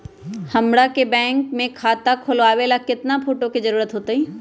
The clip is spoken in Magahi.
हमरा के बैंक में खाता खोलबाबे ला केतना फोटो के जरूरत होतई?